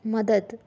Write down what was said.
मदत